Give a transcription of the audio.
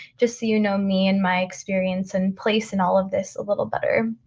just so you know me and my experience and place in all of this a little better.